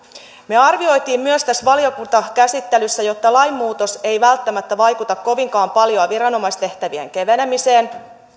me arvioimme myös valiokuntakäsittelyssä että lain muutos ei välttämättä vaikuta kovinkaan paljoa viranomaistehtävien kevenemiseen